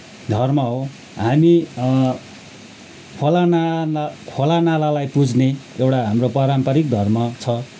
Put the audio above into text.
धर्म हो हामी खोलानाला खोलानालालाई पुज्ने एउटा हाम्रो पारम्परिक धर्म छ